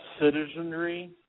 citizenry